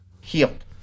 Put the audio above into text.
Healed